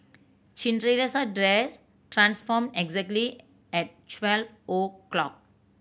Cinderella's dress transformed exactly at twelve o'clock